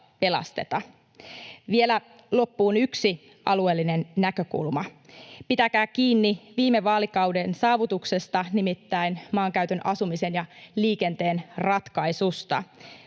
pelasteta. Vielä loppuun yksi alueellinen näkökulma. Pitäkää kiinni viime vaalikauden saavutuksesta, nimittäin maankäytön, asumisen ja liikenteen ratkaisusta.